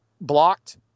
blocked